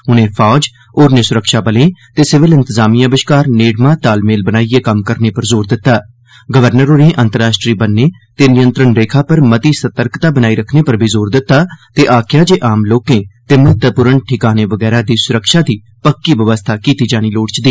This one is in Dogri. उनें फौज होरनें सुरक्षा बलें ते सिविल इंतजामियां बश्कार नेड़मा तालमेल बनाइयै कम्म करने पर जोर दित्ता गवर्नर होरें अंतरराष्ट्रीय बन्ने ते नियंत्रण रेखा पर मती सर्तकता बनाई रखने पर जोर दित्ता ते आक्खेआ जे आम लोकें ते महत्वपूर्ण ठकानें वगैरा दी सुरक्षा दी पक्की व्यवस्था कीती जानी लोड़चदी